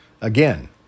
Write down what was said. again